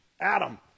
Adam